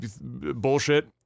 bullshit